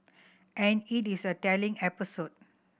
and it is a telling episode